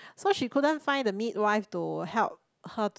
so she couldn't find the midwife to help her